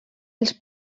els